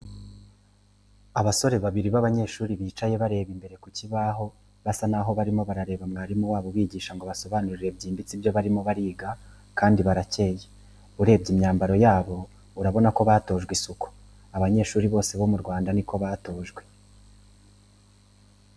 Abasore babiri babanyeshuri bicaye bareba imbere ku kibaho basa naho barimo barareba mwarimu wabo ubigisha ngo basobanukirwe byimbitse ibyo barimo bariga kandi barakeye, urebye imyambaro yabo urabona ko batojwe isuku, abanyeshuri bose bo mu Rwanda niko batojwe.